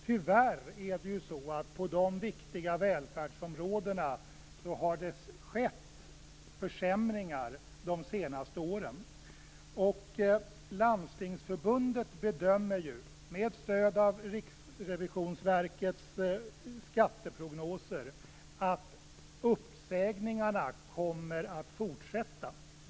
Tyvärr har det skett försämringar på viktiga välfärdsområden de senaste åren. Landstingsförbundet bedömer ju, med stöd av Riksrevisionsverkets skatteprognoser, att uppsägningarna kommer att fortsätta.